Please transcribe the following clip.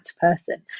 person